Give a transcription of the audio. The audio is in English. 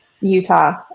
Utah